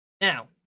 Now